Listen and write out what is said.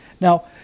Now